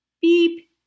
Beep